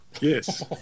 Yes